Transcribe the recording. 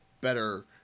better